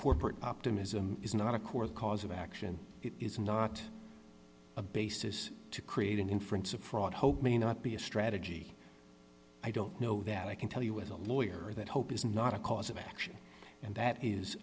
corporate optimism is not a core cause of action it is not a basis to create an inference of fraud hope may not be a strategy i don't know that i can tell you with a lawyer that hope is not a cause of action and that is